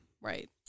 right